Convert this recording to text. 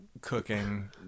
cooking